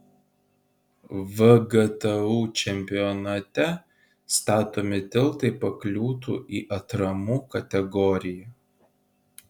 vgtu čempionate statomi tiltai pakliūtų į atramų kategoriją